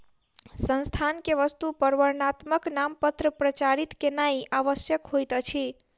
संस्थान के वस्तु पर वर्णात्मक नामपत्र प्रचारित केनाई आवश्यक होइत अछि